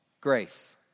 grace